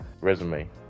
resume